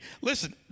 Listen